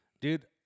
Dude